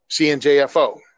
CNJFO